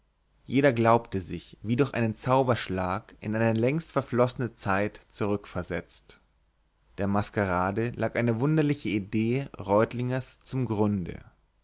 jeder glaubte sich wie durch einen zauberschlag in eine längst verflossene zeit zurückversetzt der maskerade lag eine wunderliche idee reutlingers zum grunde